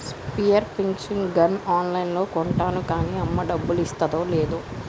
spear fishing gun ఆన్ లైన్లో కొంటాను కాన్నీ అమ్మ డబ్బులిస్తాదో లేదో